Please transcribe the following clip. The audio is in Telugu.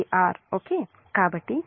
కాబట్టి Vab R